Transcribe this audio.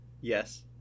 Yes